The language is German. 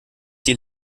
sie